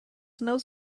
knows